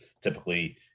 typically